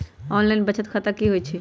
Online बचत खाता की होई छई?